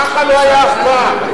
ככה לא היה אף פעם.